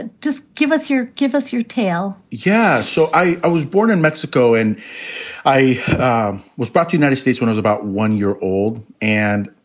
ah just give us your give us your tale yeah. so i was born in mexico and i was brought to united states. one is about one year old. and